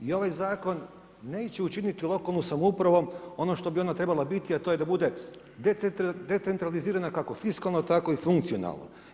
I ovaj zakon neće učiniti lokalnu samoupravom ono što bi ona trebala biti a to je da bude decentralizirana kako fiskalno tako i funkcionalno.